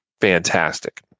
fantastic